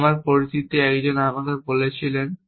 যা আমার পরিচিত একজন আমাকে বলছিলেন